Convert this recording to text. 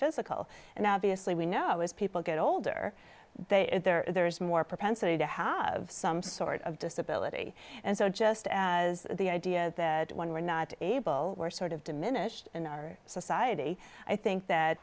physical and now obviously we know as people get older there's more propensity to have some sort of disability and so just as the idea that when we're not able we're sort of diminished in our society i think that